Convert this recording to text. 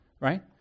right